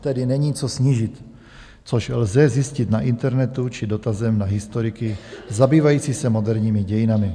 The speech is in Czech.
Tedy není co snížit, což lze zjistit na internetu či dotazem na historiky zabývajícími se moderními dějinami.